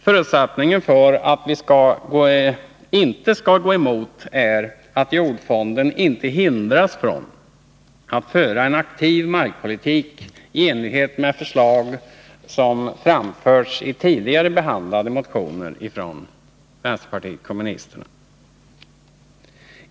Förutsättningen för att vi inte skall gå emot förslaget är att jordfonden inte hindras från att föra en aktiv markpolitik i enlighet med förslag som framförts itidigare behandlade motioner från vpk.